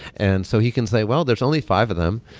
and so he can say, well, there's only five of them.